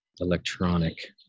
electronic